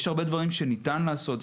יש הרבה דברים שניתן לעשות,